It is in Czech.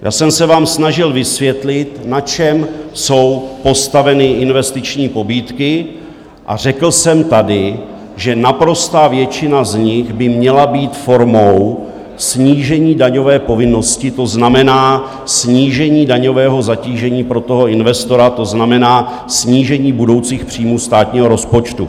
Já jsem se vám snažil vysvětlit, na čem jsou postaveny investiční pobídky, a řekl jsem tady, že naprostá většina z nich by měla být formou snížení daňové povinnosti, to znamená snížení daňového zatížení pro toho investora, to znamená snížení budoucích příjmů státního rozpočtu.